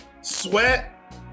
sweat